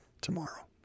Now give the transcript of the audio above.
tomorrow